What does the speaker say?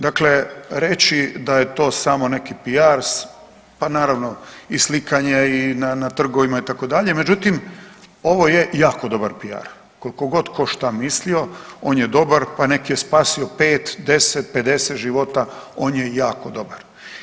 Dakle, reći da je to samo neki piars, pa naravno i slikanje na trgovima itd., međutim ovo je jako dobar piar koliko god šta mislio on je dobar, pa nek je spasio 5, 10, 50 života on je jako dobar.